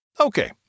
Okay